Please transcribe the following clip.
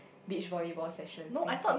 bitch volleyball sessions they say